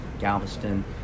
Galveston